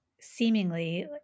seemingly